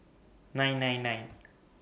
nine nine nine